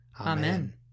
Amen